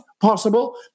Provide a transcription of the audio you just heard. possible